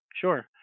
sure